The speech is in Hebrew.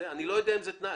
אני לא יודע אם זה תנאי.